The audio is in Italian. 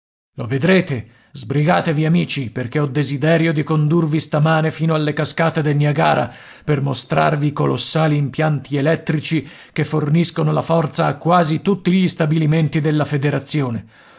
lo vedrete sbrigatevi amici perché ho desiderio di condurvi stamane fino alle cascate del niagara per mostrarvi i colossali impianti elettrici che forniscono la forza a quasi tutti gli stabilimenti della federazione